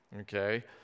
Okay